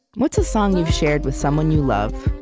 what's a song you've shared with someone you love?